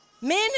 men